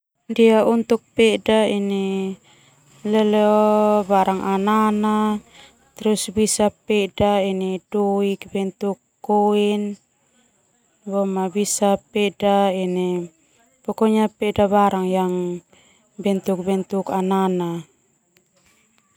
Untuk peda ini leleo barang anana terus bisa peda doik bentuk koin boma bisa peda in pokonya peda barang yang bentuk anana.